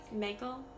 Michael